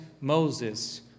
Moses